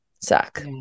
suck